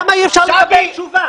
למה אי-אפשר לקבל תשובה?